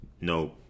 no